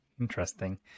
Interesting